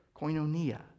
koinonia